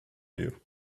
you